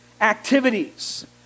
activities